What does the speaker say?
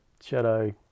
shadow